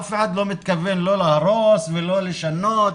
אף אחד לא מתכוון לא להרוס ולא לשנות,